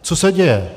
Co se děje?